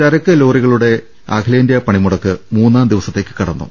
ചരക്ക് ലോറികളുടെ അഖിലേന്ത്യാ പണിമുടക്ക് മൂന്നാം ദിവസത്തേക്ക് കടന്നു